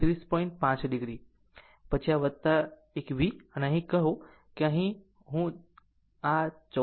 5 o પછી આ એક V Vઅહીં કહો કે હું આ 14